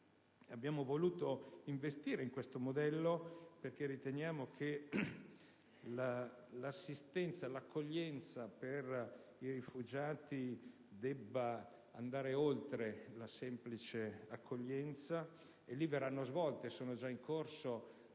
Abbiamo voluto investire in questo modello, perché riteniamo che l'assistenza per i rifugiati debba andare oltre la semplice accoglienza, e lì verranno svolte e sono già in corso